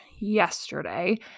yesterday